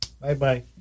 Bye-bye